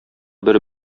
бер